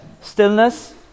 Stillness